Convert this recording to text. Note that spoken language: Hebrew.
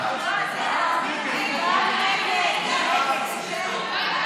ההסתייגות לסעיף